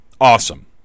awesome